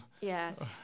Yes